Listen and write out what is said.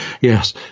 Yes